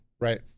right